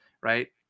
right